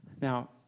Now